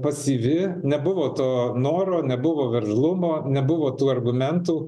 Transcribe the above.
pasyvi nebuvo to noro nebuvo veržlumo nebuvo tų argumentų